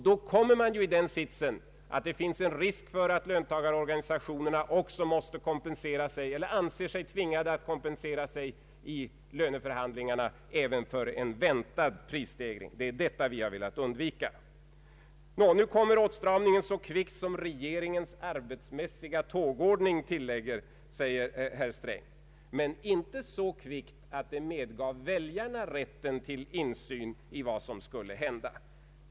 Då kommer man ju i den sitsen att det finns en risk för att löntagarorganisationerna anser sig tvingade att kompensera sig i löneförhandlingarna även för en väntad prisstegring. Det är detta vi har velat undvika. Nå, nu kommer åtstramningen så kvickt som regeringens arbetsmässiga tågordning tillåter, säger herr Sträng. Men inte så kvickt att väljarna fick rätt till insyn i vad som skulle hända.